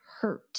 hurt